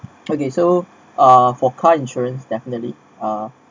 okay so uh for car insurance definitely uh